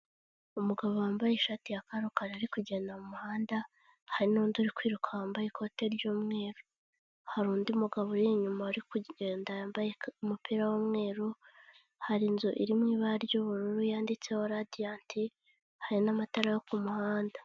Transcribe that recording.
Umugabo wambaye ishati ya karokaro arimo kugenda mu muhanda, hari n'undi uri kwiruka wambaye ikote ry'umweru, hari undi mugabo uri inyuma ari kugenda yambaye umupira w'umweru, hari inzu iririmo ibara ry'ubururu yanditseho radiyati, hari n'amatara yo ku muhanda.